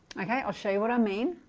okay i'll show you what i mean